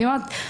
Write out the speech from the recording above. אני אומרת,